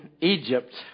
Egypt